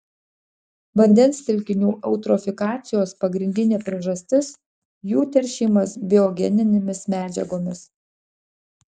vandens telkinių eutrofikacijos pagrindinė priežastis jų teršimas biogeninėmis medžiagomis